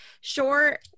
sure